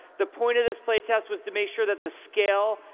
the point of this playtest was to make sure that the scale,